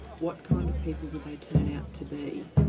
what kind of people would they turn out to be.